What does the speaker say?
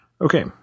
Okay